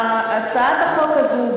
הצעת החוק הזו,